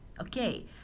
okay